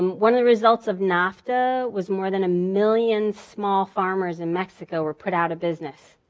um one of the results of nafta was more than a million small farmers in mexico were put out of business.